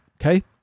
okay